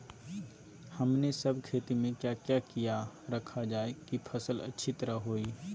हमने सब खेती में क्या क्या किया रखा जाए की फसल अच्छी तरह होई?